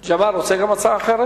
ג'מאל, רוצה גם הצעה אחרת?